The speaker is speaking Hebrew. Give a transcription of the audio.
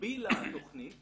הגבילה התוכנית